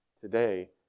today